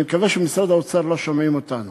אני מקווה שבמשרד האוצר לא שומעים אותנו.